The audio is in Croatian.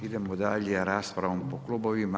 Idemo dalje raspravom po klubovima.